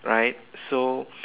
right so